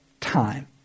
time